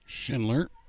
Schindler